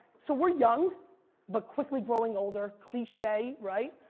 so we're young but quickly growing older. cliche right?